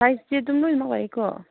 ꯁꯥꯏꯖꯇꯤ ꯑꯗꯨꯃ ꯂꯣꯏꯅꯃꯛ ꯂꯥꯛꯏꯀꯣ